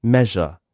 Measure